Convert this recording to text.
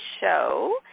show